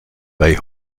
bei